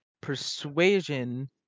persuasion